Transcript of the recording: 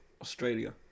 Australia